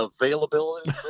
availability